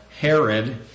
Herod